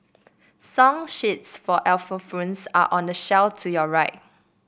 song sheets for xylophones are on the shelf to your right